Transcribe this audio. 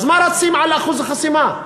אז מה רצים על אחוז החסימה?